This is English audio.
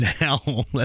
now